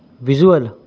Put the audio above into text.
visual